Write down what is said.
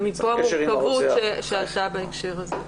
והמורכבות שעלתה בהקשר הזה.